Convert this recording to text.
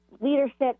leadership